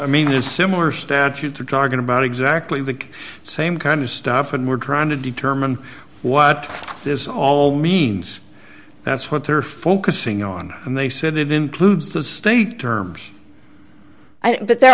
i mean it's similar statutes are talking about exactly the same kind of stuff and we're trying to determine what this all means that's what they're focusing on and they said it includes the state terms but there